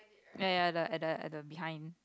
ya ya ya at the at the at the behind